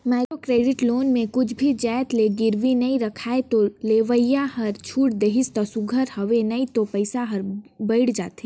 micro credit loan में कुछु भी जाएत ल गिरवी नी राखय लोन लेवइया हर छूट देहिस ता सुग्घर हवे नई तो पइसा हर बुइड़ जाथे